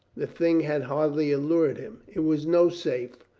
the thing had hardly allured him. it was no safe,